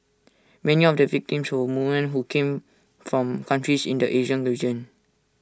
many of the victims were women who came from countries in the Asian region